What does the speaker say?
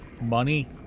money